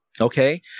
okay